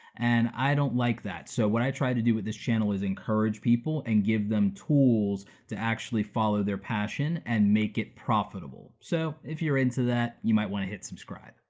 and i don't like that. so what i try to do with this channel is encourage people and give them tools to actually follow their passion and make it profitable. so if you're into that, you might wanna hit subscribe.